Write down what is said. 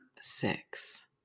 six